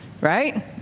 right